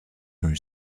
her